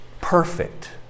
perfect